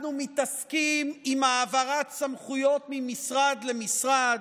אנחנו מתעסקים עם העברת סמכויות ממשרד למשרד,